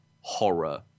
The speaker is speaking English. horror